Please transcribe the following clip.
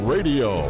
Radio